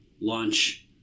launch